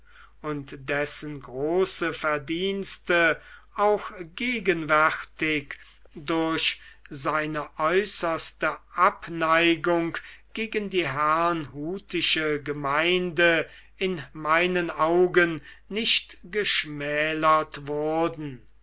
und dessen große verdienste auch gegenwärtig durch seine äußerste abneigung gegen die herrnhutische gemeinde in meinen augen nicht geschmälert wurden